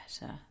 better